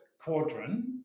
quadrant